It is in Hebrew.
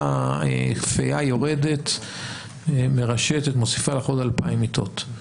פיה הייתה יורדת ומוסיפה לך עוד 2,000 מיטות,